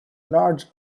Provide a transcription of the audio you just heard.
large